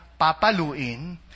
papaluin